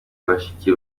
bashiki